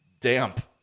damp